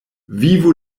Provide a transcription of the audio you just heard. vivu